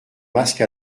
masques